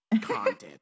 content